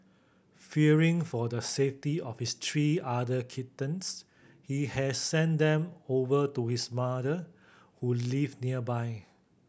fearing for the safety of his three other kittens he has sent them over to his mother who live nearby